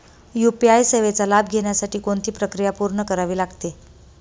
UPI सेवेचा लाभ घेण्यासाठी कोणती प्रक्रिया पूर्ण करावी लागते?